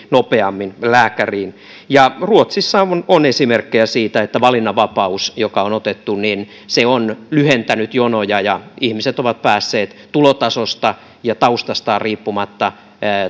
nopeammin lääkäriin ruotsissa on esimerkkejä siitä että valinnanvapaus joka on otettu on lyhentänyt jonoja ja ihmiset ovat päässeet tulotasosta ja taustastaan riippumatta